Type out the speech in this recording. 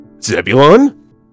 Zebulon